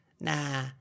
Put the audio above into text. Nah